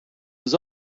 was